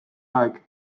aeg